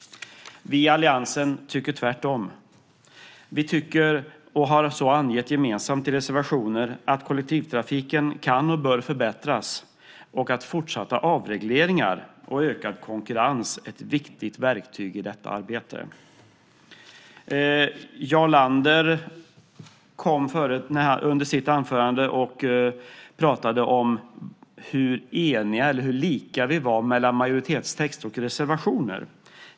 Vi i alliansen tycker tvärtom. Vi tycker, och har så angett gemensamt i reservationer, att kollektivtrafiken kan och bör förbättras och att fortsatta avregleringar och ökad konkurrens är viktiga verktyg i detta arbete. Jarl Lander pratade i sitt anförande om hur stora likheter det fanns mellan majoritetstext och reservationer.